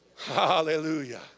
Hallelujah